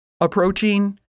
approaching